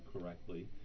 correctly